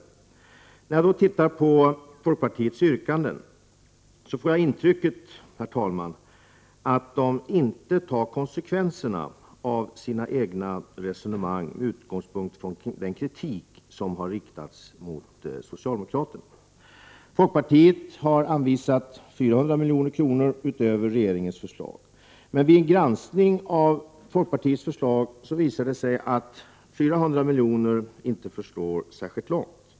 SAR ä å : Planering och ansla, När jag tittar på folkpartiets yrkanden, får jag ett intryck, herr talman, av —-. sc För 8 :; för det militära föratt man inte tar konsekvenserna av sina egna resonemang, med utgångspunkt svåret. mi i den kritik som har riktats mot socialdemokraterna. Folkpartiet har anvisat 400 milj.kr. utöver vad regeringen föreslagit. Men vid en granskning av folkpartiets förslag visar det sig att 400 milj.kr. inte förslår särskilt långt.